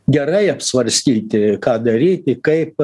gerai apsvarstyti ką daryti kaip